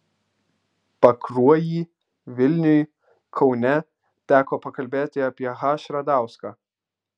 pakruojy vilniuj kaune teko pakalbėti apie h radauską